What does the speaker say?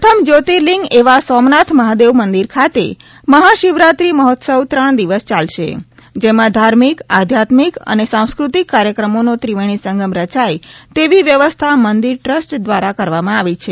પ્રથમ જ્યોર્તિલિંગ એવા સોમનાથ મહાદેવ મંદિર ખાતે મહા શિવરાત્રી મહોત્સવ ત્રણ દિવસ યાલશે જેમાં ધાર્મિક આધ્યાત્મિક અને સાંસ્કૃતિક કાર્યક્રમોનોત્રિવેણી સંગમ રચાય તેવી વ્યવસ્થા મંદિર ટ્રસ્ટ દ્વારા કરવામાં આવી છે